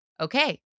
Okay